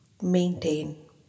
Maintain